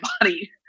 body